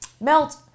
Melt